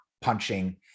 punching